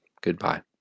Goodbye